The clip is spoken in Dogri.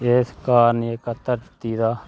जिस कारण धरती दा